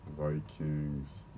Vikings